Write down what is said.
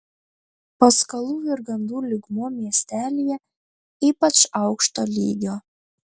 paskalų ir gandų lygmuo miestelyje ypač aukšto lygio